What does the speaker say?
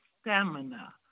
stamina